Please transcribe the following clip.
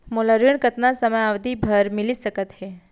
मोला ऋण कतना समयावधि भर मिलिस सकत हे?